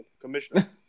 commissioner